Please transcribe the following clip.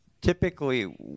typically